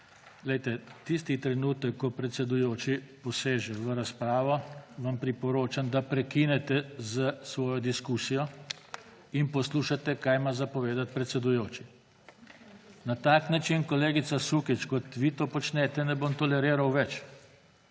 replikami. Tisti trenutek, ko predsedujoči poseže v razpravo, vam priporočam, da prekinete s svojo diskusijo in poslušate, kaj ima povedati predsedujoči. Na takšen način, kolegica Sukič, kot vi to počnete, tega ne bom več toleriral.